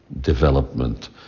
development